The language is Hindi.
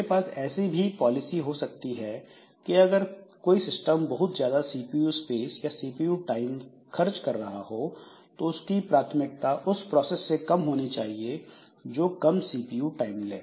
मेरे पास ऐसी भी पॉलिसी हो सकती है कि अगर कोई सिस्टम बहुत ज्यादा सीपीयू स्पेस या सीपीयू टाइम खर्च कर रहा हो तो उसकी प्राथमिकता उस प्रोसेस से कम होनी चाहिए जो कम सीपीयू टाइम ले